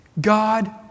God